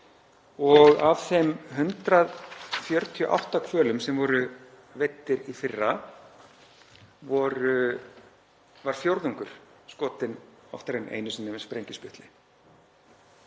og af þeim 148 hvölum sem voru veiddir í fyrra var fjórðungur skotinn oftar en einu sinni með sprengiskutli.